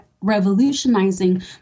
revolutionizing